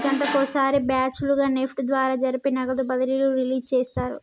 గంటకొక సారి బ్యాచ్ లుగా నెఫ్ట్ ద్వారా జరిపే నగదు బదిలీలు రిలీజ్ చేస్తారు